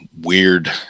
weird